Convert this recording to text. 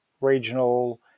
regional